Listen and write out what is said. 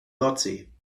nordsee